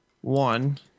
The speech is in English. one